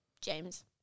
James